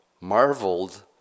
marveled